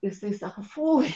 jisai sako fui